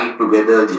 together